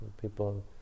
people